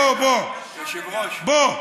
בוא, בוא.